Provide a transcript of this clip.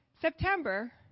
September